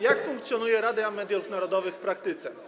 Jak funkcjonuje Rada Mediów Narodowych w praktyce?